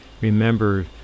Remember